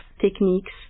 techniques